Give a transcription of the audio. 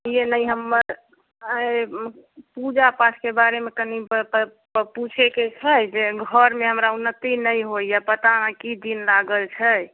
ई हइ ने हमर नम्बर ई पूजा पाठके बारेमे कनि प प पूछेके छै जे घरमे हमरा उन्नति नहि होइया पता नहि की दिन लागल छै